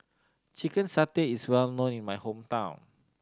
chicken satay is well known in my hometown